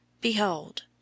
Behold